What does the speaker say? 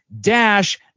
dash